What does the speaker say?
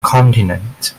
continent